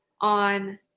on